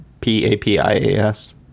P-A-P-I-A-S